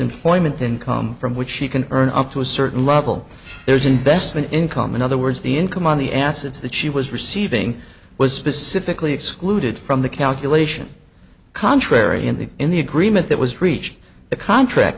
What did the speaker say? employment income from which she can earn up to a certain level there is investment income in other words the income on the assets that she was receiving was specifically excluded from the calculation contrary in the in the agreement that was reached the contract